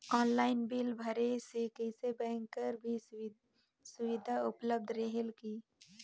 Online bill भरे से कइसे बैंक कर भी सुविधा उपलब्ध रेहेल की?